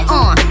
on